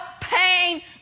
pain